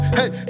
hey